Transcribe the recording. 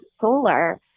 solar